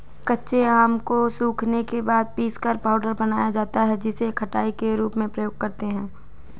कच्चे आम को सुखाने के बाद पीसकर पाउडर बनाया जाता है जिसे खटाई के रूप में प्रयोग करते है